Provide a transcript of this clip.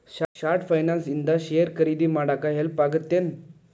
short finance ಇಂದ share ಖರೇದಿ ಮಾಡಾಕ ಹೆಲ್ಪ್ ಆಗತ್ತೇನ್